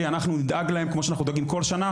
אנחנו נדאג להם כמו שאנחנו דואגים כל שנה,